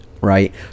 right